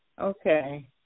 Okay